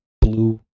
blue